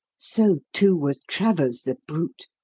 so, too, was travers, the brute!